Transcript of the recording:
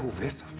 this